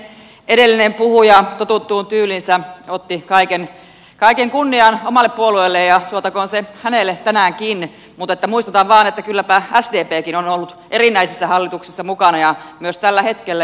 edellinen puhuja totuttuun tyyliinsä otti kaiken kunnian omalle puolueelleen ja suotakoon se hänelle tänäänkin mutta muistutan vain että kylläpä sdpkin on ollut erinäisissä hallituksissa mukana myös tällä hetkellä